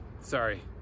Sorry